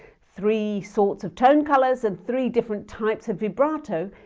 three sorts of tone colours and three different types of vibrato.